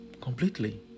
completely